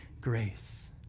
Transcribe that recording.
grace